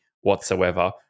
whatsoever